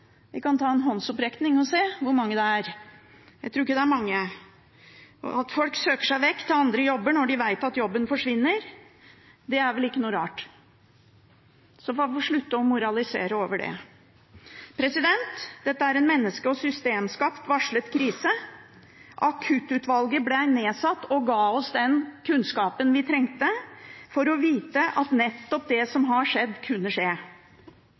Vi kan ta en håndsopprekning og se hvor mange det er. Jeg tror ikke det er mange. At folk søker seg vekk til andre jobber når de vet at jobben forsvinner, er vel ikke noe rart, så man får slutte å moralisere over det. Dette er en menneske- og systemskapt varslet krise. Akuttutvalget ble nedsatt og ga oss den kunnskapen vi trengte for å vite at nettopp det som har skjedd, kunne skje.